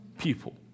People